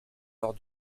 lors